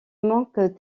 manques